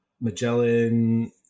Magellan